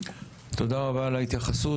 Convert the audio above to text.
תודה רבה על ההתייחסות.